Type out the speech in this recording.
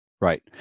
Right